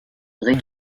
rue